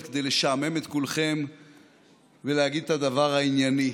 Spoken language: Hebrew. כדי לשעמם את כולכם ולהגיד את הדבר הענייני: